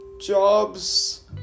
jobs